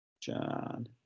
John